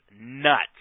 nuts